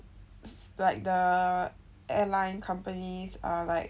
like the airline companies are like